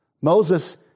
Moses